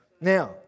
Now